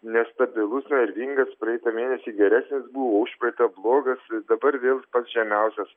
nestabilus nervingas praeitą mėnesį geresnis buvo užpraeitą blogas dabar vėl pats žemiausias